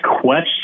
question